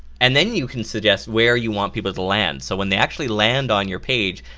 and then you can suggest where you want people to land so when they actually land on your page,